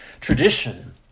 tradition